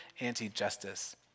anti-justice